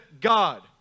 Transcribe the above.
God